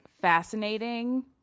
fascinating